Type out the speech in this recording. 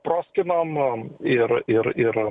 proskynom ir ir ir